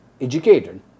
educated